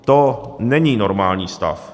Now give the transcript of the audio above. To není normální stav.